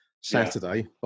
Saturday